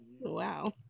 Wow